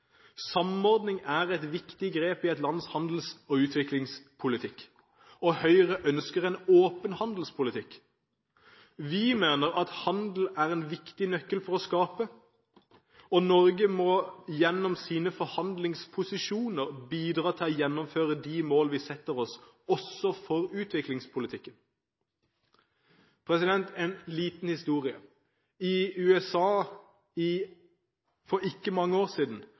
Samordning er et viktig grep i et lands handels- og utviklingspolitikk, og Høyre ønsker en åpen handelspolitikk. Vi mener at handel er en viktig nøkkel for å skape. Norge må gjennom sine forhandlingsposisjoner bidra til å gjennomføre de målene vi setter oss – også for utviklingspolitikken. En liten historie: I USA for ikke mange år siden